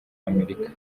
amerika